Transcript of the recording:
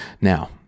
Now